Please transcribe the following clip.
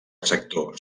sector